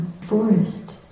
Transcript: forest